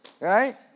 Right